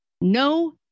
no